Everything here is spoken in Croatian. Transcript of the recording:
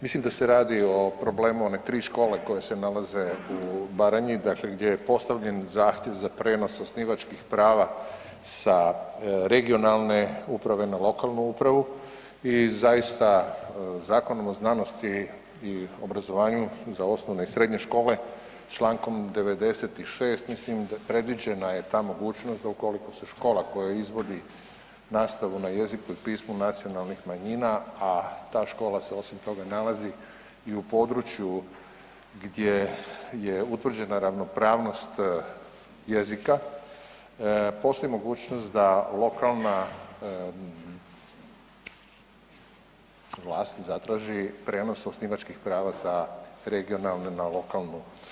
Mislim da se radi o problemu one 3 škole koje se nalaze u Baranji, dakle gdje je postavljen zahtjev za prijenos osnivačkih prava sa regionalne uprave na lokalnu upravu i zaista, Zakonom o znanosti i obrazovanju za osnovne i srednje škole, čl. 96., mislim, predviđena je ta mogućnost da ukoliko se škola, koja izvodi nastavu na jeziku i pismu nacionalnih manjina, a ta škola se osim toga nalazi i u području gdje je utvrđena ravnopravnost jezika, postoji mogućnost da lokalna vlast zatraži prijenos osnivačkih prava za regionalne na lokalnu.